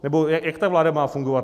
Nebo jak ta vláda má fungovat?